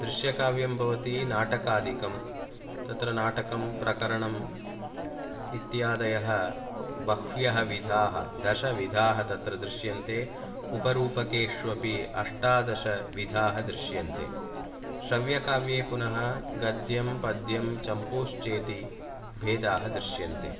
दृश्यकाव्यं भवति नाटकादिकं तत्र नाटकं प्रकरणं इत्यादयः बह्व्यः विधाः दशविधाः तत्र दृश्यन्ते उपरूपकेष्वपि अष्टादशविधाः दृश्यन्ते श्रव्यकाव्ये पुनः गद्यं पद्यं चम्पूश्चेति भेदाः दृश्यन्ते